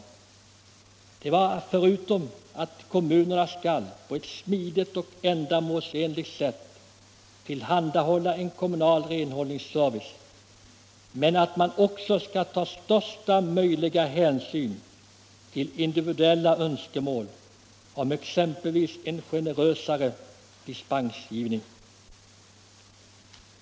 Avsikten var ju att kommunerna skulle på ett smidigt och ändamålsenligt sätt tillhandahålla en renhållningsservice men att man också skulle ta största möjliga hänsyn till individuella önskemål om exempelvis en generösare dispensgivning.